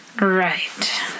Right